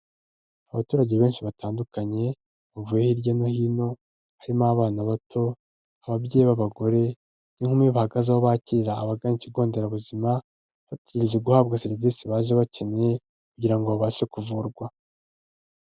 Abaturage benshi batandukanye, bavuye hirya no hino, harimo abana bato, ababyeyi b'abagore n'inkumi bahagaze aho bakirira abagana ikigi nderabuzima, bategereje guhabwa serivisi baje bakeneye, kugira ngo babashe kuvurwa.